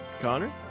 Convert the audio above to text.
Connor